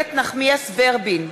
איילת נחמיאס ורבין,